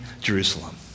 Jerusalem